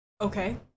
Okay